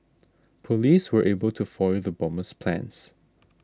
police were able to foil the bomber's plans